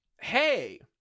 hey